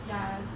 ya